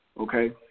okay